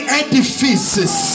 edifices